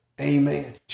Amen